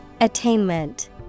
Attainment